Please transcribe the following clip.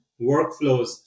workflows